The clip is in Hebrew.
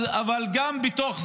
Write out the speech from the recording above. אבל גם בתוך זה,